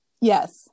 Yes